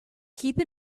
keep